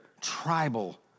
tribal